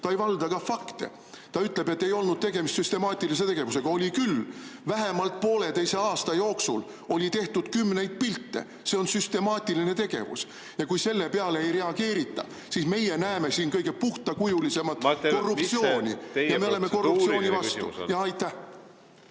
ta ei valda ka fakte. Ta ütleb, et ei olnud tegemist süstemaatilise tegevusega. Oli küll! Vähemalt pooleteise aasta jooksul oli tehtud kümneid pilte – see on süstemaatiline tegevus. Kui selle peale ei reageerita, siis meie näeme siin kõige puhtakujulisemat korruptsiooni. Ja me oleme korruptsiooni vastu! Aitäh!